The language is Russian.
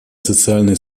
социальной